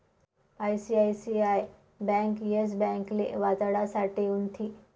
ICICI bank Yes ब्यांकले वाचाडासाठे उनथी